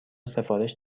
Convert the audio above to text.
سفارش